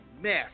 mess